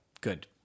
good